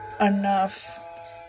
Enough